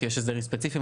כי יש הסדרים ספציפיים,